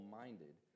minded